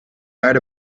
doubt